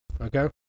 Okay